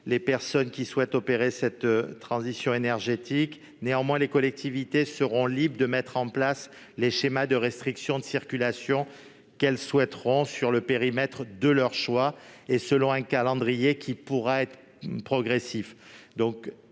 les personnes souhaitant effectuer cette transition énergétique. Néanmoins, les collectivités seront libres de mettre en place les schémas de restriction de circulation qu'elles souhaiteront, sur le périmètre de leur choix, et selon un calendrier qui pourra être progressif.